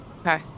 Okay